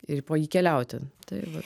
ir po jį keliauti tai vat